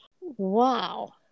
Wow